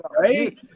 right